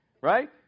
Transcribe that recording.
right